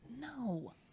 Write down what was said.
No